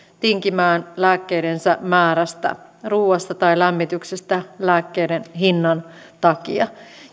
tinkimään lääkkeidensä määrästä ruoasta tai lämmityksestä lääkkeiden hinnan takia